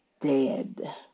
dead